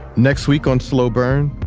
next week on slow burn,